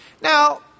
Now